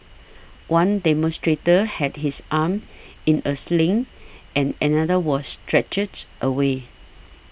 one demonstrator had his arm in a sling and another was stretchered away